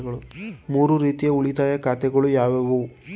ಮೂರು ರೀತಿಯ ಉಳಿತಾಯ ಖಾತೆಗಳು ಯಾವುವು?